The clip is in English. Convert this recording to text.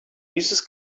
uses